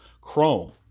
chrome